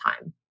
time